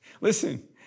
Listen